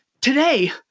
today